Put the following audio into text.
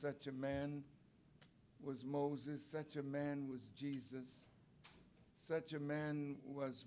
such a man was moses such a man was jesus such a man was